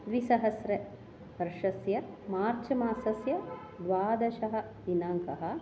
द्विसहस्रवर्षस्य मार्च मासस्य द्वादशः दिनाङ्कः